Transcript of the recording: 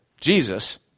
Jesus